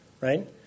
right